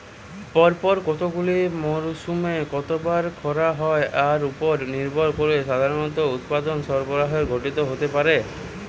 পরপর কতগুলি মরসুমে কতবার খরা হয় তার উপর নির্ভর করে সাধারণত উৎপাদন সরবরাহের ঘাটতি হতে পারে